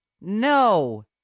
No